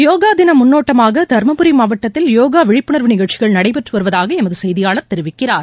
யோகா தின முன்னோட்டமாக தருமபுரி மாவட்டத்தில் யோகா விழிப்புணர்வு நிகழ்ச்சிகள் நடைபெற்று வருவதாக எமது செய்தியாளர் தெரிவிக்கிறார்